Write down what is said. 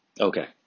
Okay